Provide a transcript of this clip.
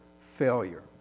failure